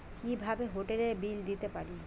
কিভাবে হোটেলের বিল দিতে পারি?